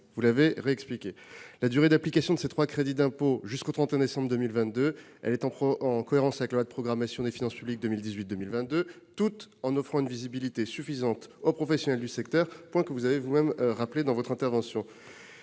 « spectacle vivant ». La durée d'application de ces trois crédits d'impôt jusqu'au 31 décembre 2022 est en cohérence avec la loi de programmation des finances publiques pour les années 2018 à 2022, tout en offrant une visibilité suffisante aux professionnels du secteur, point que vous avez vous-même rappelé dans votre intervention.